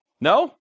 No